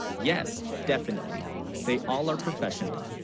yes definitely they all are professional